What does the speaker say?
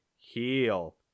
Heal